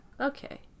Okay